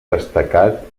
destacat